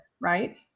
right